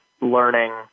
learning